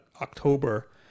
October